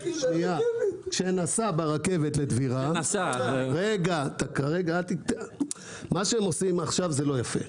כשנסע ברכבת ל- ----- מה שהם עושים עכשיו זה לא יפה.